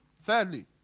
Thirdly